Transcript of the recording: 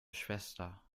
schwester